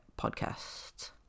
podcasts